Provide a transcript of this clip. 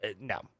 no